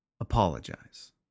apologize